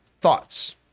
thoughts